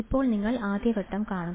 ഇപ്പോൾ നിങ്ങൾ ആദ്യഘട്ടം കാണുന്നു